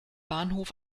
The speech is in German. bahnhof